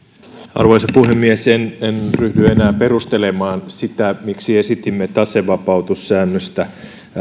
arvoisa puhemies en ryhdy enää perustelemaan sitä miksi esitimme tasevapautussäännöstä